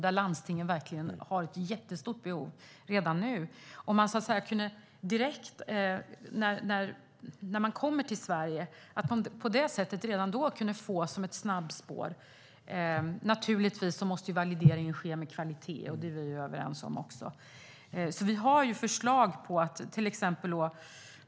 Jag undrar om man kunde införa ett snabbspår direkt redan när personer kommer till Sverige. Naturligtvis måste valideringen ske med kvalitet, och det är vi också överens om.